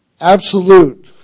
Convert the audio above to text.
Absolute